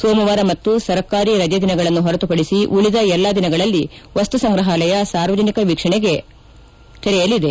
ಸೋಮವಾರ ಮತ್ತು ಸರ್ಕಾರಿ ರಜೆ ದಿನಗಳನ್ನು ಹೊರತುಪಡಿಸಿ ಉಳದ ಎಲ್ಲಾ ದಿನಗಳಲ್ಲಿ ವಸ್ತು ಸಂಗ್ರಹಾಲಯ ಸಾರ್ವಜನಿಕ ವೀಕ್ಷಣೆಗೆ ಮುಕ್ತವಾಗಿರುತ್ತದೆ